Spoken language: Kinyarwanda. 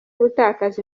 gutakaza